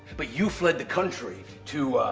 but you fled the country, to